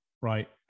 right